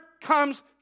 comes